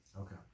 Okay